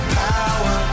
power